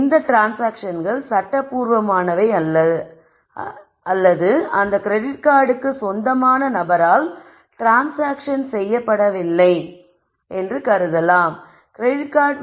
இந்த ட்ரான்ஸ்சாங்க்ஷன்கள் சட்டபூர்வமானவை அல்ல அல்லது அந்த கிரெடிட் கார்டுக்கு சொந்தமான நபரால் ட்ரான்ஸ்சாங்க்ஷன் செய்யப்படவில்லை கிரெடிட் கார்டு